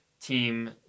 team